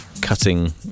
cutting